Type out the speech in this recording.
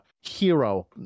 hero